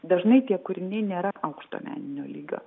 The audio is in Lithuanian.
dažnai tie kūriniai nėra aukšto meninio lygio